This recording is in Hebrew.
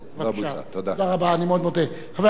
חבר הכנסת מגלי והבה,